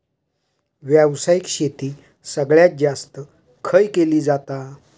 व्यावसायिक शेती सगळ्यात जास्त खय केली जाता?